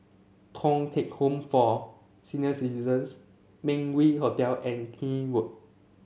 Thong Teck Home for Senior Citizens Meng Yew Hotel and Keene Road